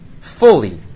fully